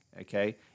okay